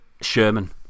Sherman